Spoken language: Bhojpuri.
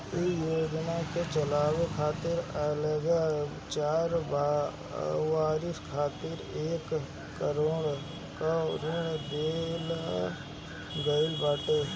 इ योजना के चलावे खातिर अगिला चार बरिस खातिर एक करोड़ कअ ऋण देहल गईल बाटे